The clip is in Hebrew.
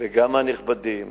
וגם מהנכבדים,